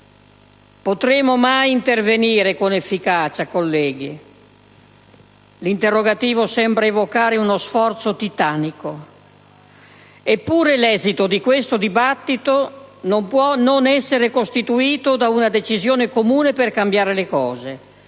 Potremo mai intervenire con efficacia, colleghi? L'interrogativo sembra evocare uno sforzo titanico. Eppure l'esito di questo dibattito non può non essere costituito da una decisione comune per cambiare le cose.